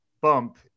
bump